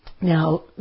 Now